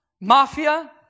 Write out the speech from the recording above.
Mafia